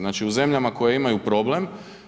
Znači u zemljama koje imaju problem.